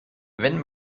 wenn